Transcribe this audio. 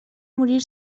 morir